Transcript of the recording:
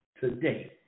today